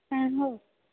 ହଁ ହଉ